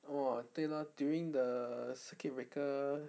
orh 对 lor during the circuit breaker